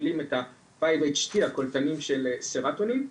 מכפילים את הקולטנים של סרטונין,